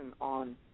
On